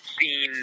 seen